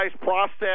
process